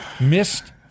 missed